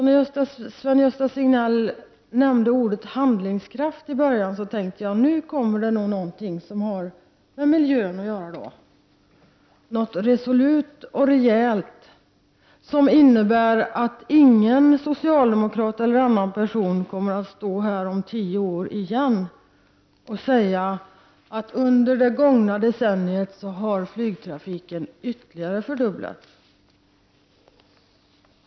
När Sven-Gösta Signell nämnde ordet ”handlingskraft” i början av sitt anförande tänkte jag att nu kommer det någonting som har med miljön att göra — någonting resolut och rejält som innebär att ingen socialdemokrat eller någon annan person kommer att stå här igen om tio år och säga att flygtrafiken ytterligare en gång har fördubblats under det gångna decenniet.